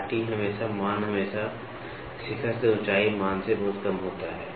घाटी हमेशा मान हमेशा शिखर से ऊंचाई मान से बहुत कम होता है